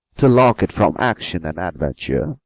to lock it from action and adventure?